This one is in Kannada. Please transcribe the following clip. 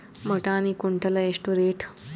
ಬಟಾಣಿ ಕುಂಟಲ ಎಷ್ಟು ರೇಟ್?